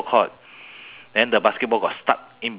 then I stand on the shelter